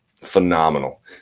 Phenomenal